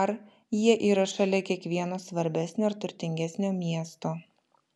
par jie yra šalia kiekvieno svarbesnio ar turtingesnio miesto